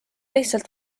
lihtsalt